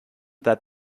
that